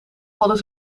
hadden